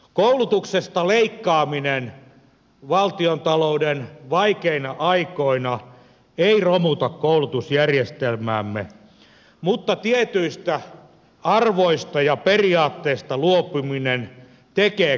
koulutuksesta leikkaaminen valtiontalouden vaikeina aikoina ei romuta koulutusjärjestelmäämme mutta tietyistä arvoista ja periaatteista luopuminen tekee kyllä sen